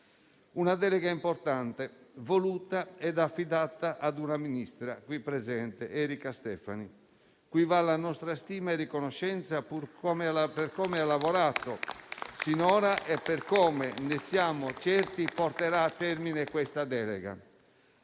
una delega importante voluta e affidata alla Ministra qui presente, Erika Stefani, cui va la nostra stima e riconoscenza per come ha lavorato finora e per come - ne siamo certi - porterà a termine questa delega.